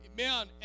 Amen